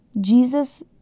Jesus